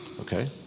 okay